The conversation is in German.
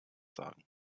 sagen